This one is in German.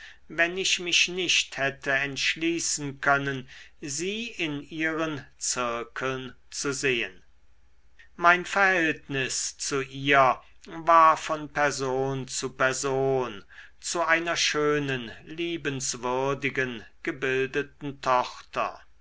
wenn ich mich nicht hätte entschließen können sie in ihren zirkeln zu sehen mein verhältnis zu ihr war von person zu person zu einer schönen liebenswürdigen gebildeten tochter